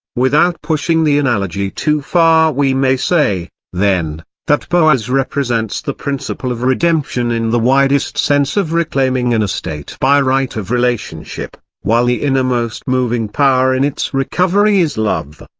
without pushing the analogy too far we may say, then, that boaz represents the principle of redemption in the widest sense of reclaiming an estate by right of relationship, while the innermost moving power in its recovery is love.